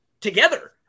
together